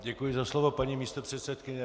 Děkuji za slovo, paní místopředsedkyně.